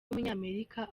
w’umunyamerika